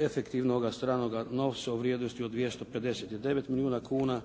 efektivnoga stranoga novca u vrijednosti od 259 milijuna kuna